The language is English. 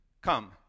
Come